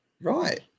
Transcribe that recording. Right